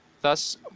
Thus